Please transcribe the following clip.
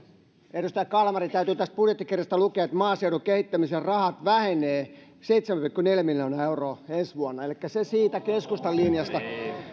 edustaja kalmari täytyy tästä budjettikirjasta lukea että maaseudun kehittämisen rahat vähenevät seitsemän pilkku neljä miljoonaa euroa ensi vuonna elikkä se siitä keskustan linjasta